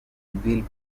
build